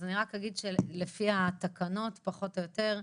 אז אני רק אגיד שלפי התקנות פחות או יותר,